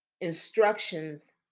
instructions